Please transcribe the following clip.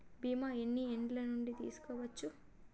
బీమా ఎన్ని ఏండ్ల నుండి తీసుకోవచ్చు?